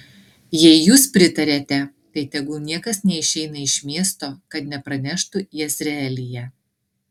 jei jūs pritariate tai tegul niekas neišeina iš miesto kad nepraneštų jezreelyje